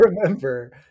remember